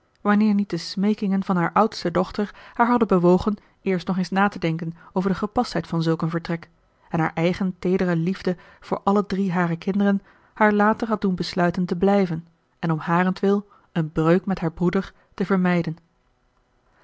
wanneer niet de smeekingen van haar oudste dochter haar hadden bewogen eerst nog eens na te denken over de gepastheid van zulk een vertrek en haar eigen teedere liefde voor alle drie hare kinderen haar later had doen besluiten te blijven en om harentwil een breuk met haar broeder te vermijden